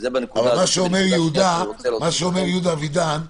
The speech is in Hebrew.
מה שאומר יהודה אבידן,